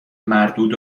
مردود